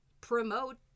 promote